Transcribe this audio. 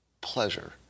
pleasure